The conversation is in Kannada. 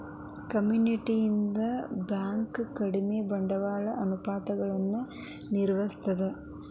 ಕಮ್ಯುನಿಟಿ ಬ್ಯಂಕ್ ಕಡಿಮಿ ಬಂಡವಾಳದ ಅನುಪಾತಗಳನ್ನ ನಿರ್ವಹಿಸ್ತದ